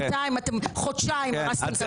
בינתיים אתם רק חודשיים הרסתם את המדינה.